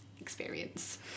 experience